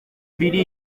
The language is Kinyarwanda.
biri